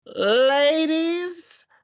Ladies